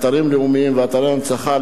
אתרים לאומיים ואתרי הנצחה,